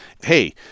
Hey